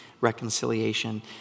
reconciliation